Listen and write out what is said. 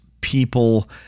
people